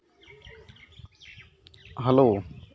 hello